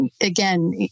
again